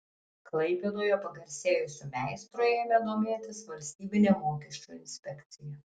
klaipėdoje pagarsėjusiu meistru ėmė domėtis valstybinė mokesčių inspekcija